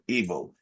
evil